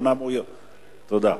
תודה.